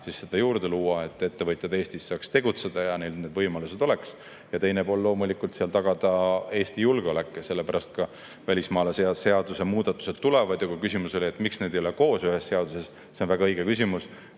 siis seda juurde luua, et ettevõtjad saaks Eestis tegutseda ja neil need võimalused oleks. Teine pool on loomulikult see, et tagada Eesti julgeolek. Sellepärast tuleb välismaalaste seaduse muudatusi veel. Küsimus oli, miks need ei ole koos ühes seaduses. See on väga õige küsimus.